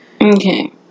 Okay